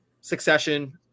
succession